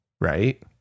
right